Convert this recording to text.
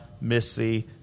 Missy